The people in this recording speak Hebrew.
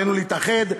עלינו להתאחד,